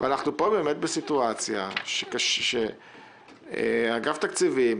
פה אנחנו בסיטואציה בה אגף תקציבים